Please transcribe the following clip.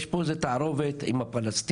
יש פה איזו תערובת עם הפלסטיני,